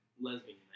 Lesbian